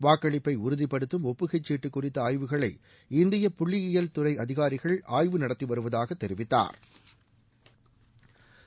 வாக்களிப்பை உறுதிப்படுத்தம் ஒப்புகை சீட்டு குறித்த ஆய்வுகளை இந்திய புள்ளியியல் துறை அதிகாரிகள் ஆய்வு நடத்தி வருவதாக அவர் தெரிவித்தாா்